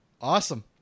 awesome